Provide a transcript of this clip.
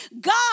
God